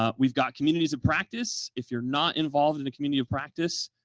ah we've got communities of practice. if you're not involved in a community of practice,